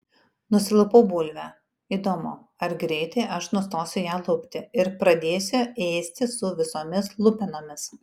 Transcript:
nusilupau bulvę įdomu ar greitai aš nustosiu ją lupti ir pradėsiu ėsti su visomis lupenomis